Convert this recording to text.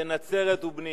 בן נצרת ובני".